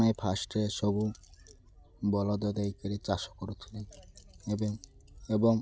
ଆମେ ଫାଷ୍ଟରେ ସବୁ ବଳଦ ଦେଇକରି ଚାଷ କରୁଥିଲେ ଏବେ ଏବଂ